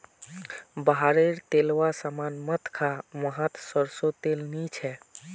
बाहर रे तेलावा सामान मत खा वाहत सरसों तेल नी छे